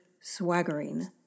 swaggering